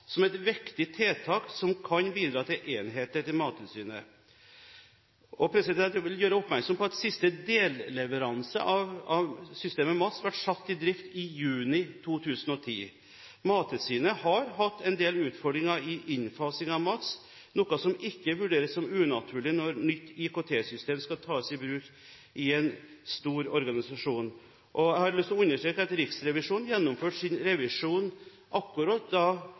som et viktig tiltak som kan bidra til enhetlighet i Mattilsynet. Jeg vil gjøre oppmerksom på at siste delleveranse av systemet MATS ble satt i drift i juni 2010. Mattilsynet har hatt en del utfordringer i innfasingen av MATS, noe som ikke vurderes som unaturlig når et nytt IKT-system skal tas i bruk i en stor organisasjon. Jeg har lyst til å understreke at Riksrevisjonen gjennomførte sin revisjon akkurat da